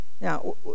now